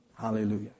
Hallelujah